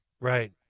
Right